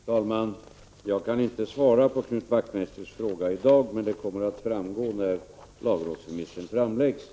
Fru talman! Jag kan inte svara på Knut Wachtmeisters fråga i dag, men vad som gäller kommer att framgå när lagrådsremissen redovisas.